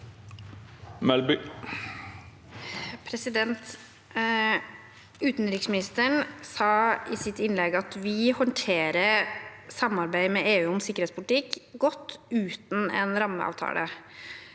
Utenriksministeren sa i sitt innlegg at vi håndterer samarbeid med EU om sikkerhetspolitikk godt uten en rammeavtale